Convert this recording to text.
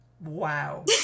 wow